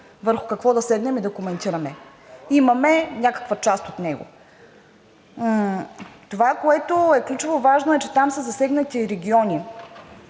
върху какво да седнем и коментираме. Имаме някаква част от него. Това, което е ключово важно, е, че там са засегнати и региони